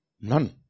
none